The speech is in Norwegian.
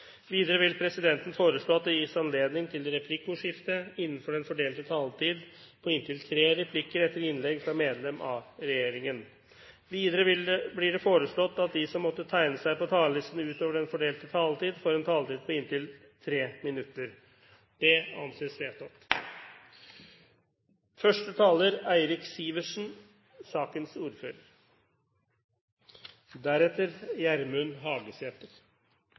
Videre vil presidenten foreslå at det gis anledning til replikkordskifte på inntil tre replikker med svar etter innlegg fra medlem av regjeringen innenfor den fordelte taletid. Videre blir det foreslått at de som måtte tegne seg på talerlisten utover den fordelte taletid, får en taletid på inntil 3 minutter. – Det anses vedtatt.